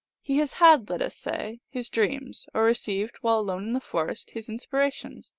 he has had, let us say, his dreams, or received, while alone in the forest, his inspirations,